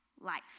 life